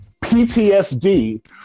PTSD